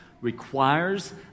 requires